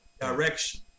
direction